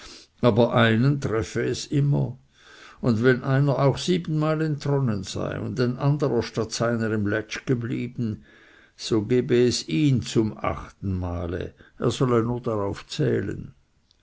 aber einen treffe es immer und wenn einer auch siebenmal entronnen sei und ein anderer statt seiner im lätsch geblieben so gebe es ihn zum achten male er solle nur darauf zählen